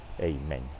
Amen